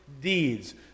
deeds